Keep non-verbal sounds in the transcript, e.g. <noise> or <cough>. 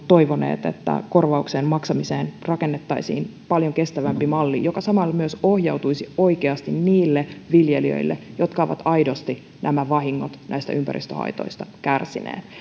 <unintelligible> toivoneet että korvauksien maksamiseen rakennettaisiin paljon kestävämpi malli joka samalla myös ohjautuisi oikeasti niille viljelijöille jotka ovat aidosti vahingot näistä ympäristöhaitoista kärsineet